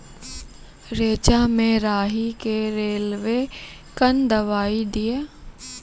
रेचा मे राही के रेलवे कन दवाई दीय?